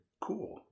Cool